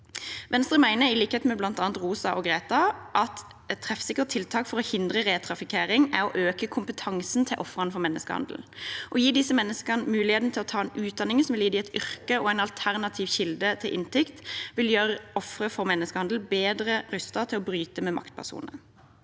Venstre mener, i likhet med bl.a. ROSA og GRETA, at et treffsikkert tiltak for å hindre retrafikkering er å øke kompetansen til ofrene for menneskehandel. Å gi disse menneskene muligheten til å ta en utdanning som vil gi dem et yrke og en alternativ kilde til inntekt, vil gjøre ofre for menneskehandel bedre rustet til å bryte med bakpersoner.